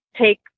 take